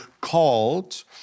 called